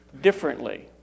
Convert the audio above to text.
differently